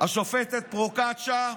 השופטת פרוקצ'יה,